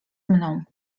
mną